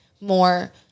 more